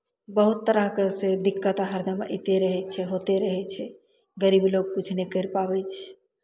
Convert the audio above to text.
बहुत तरहके से दिक्कत हरदम अयते रहै छै होइते रहै छै गरीब लोक किछु नहि करि पाबै छै